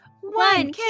One